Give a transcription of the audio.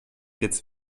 jetzt